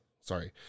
sorry